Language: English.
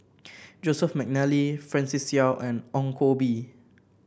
Joseph McNally Francis Seow and Ong Koh Bee